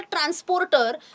transporter